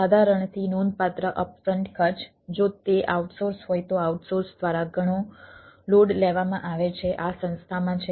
સાધારણ થી નોંધપાત્ર અપ ફ્રન્ટ ખર્ચ જો તે આઉટસોર્સ હોય તો આઉટસોર્સ દ્વારા ઘણો લોડ લેવામાં આવે છે આ સંસ્થામાં છે